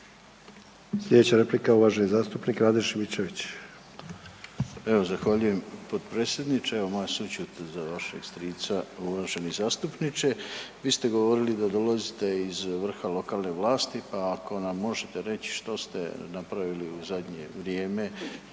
Slijedeća replika uvaženi zastupnik Rade Šimičević. **Šimičević, Rade (HDZ)** Evo zahvaljujem potpredsjedniče. Evo moja sućut za vašeg strica uvaženi zastupniče. Vi ste govorili da dolazite iz vrha lokalne vlasti, a ako nam možete reći što ste napravili u zadnje vrijeme